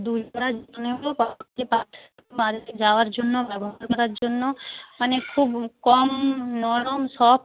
দুজোড়া জুতো নেব যাওয়ার জন্য ব্যবহার করার জন্য মানে খুব কম নরম সফট